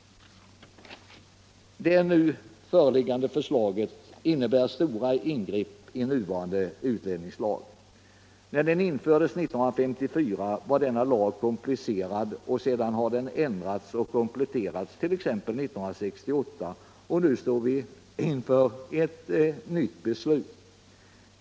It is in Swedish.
Det föreliggande förslaget innebär stora ingrepp i nuvarande utlänningslag. När den infördes 1954 var den komplicerad, och sedan har den ändrats och kompletterats t.ex. 1968, och nu står vi inför ett nytt beslut.